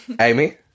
Amy